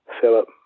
Philip